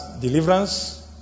Deliverance